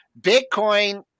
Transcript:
Bitcoin